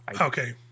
Okay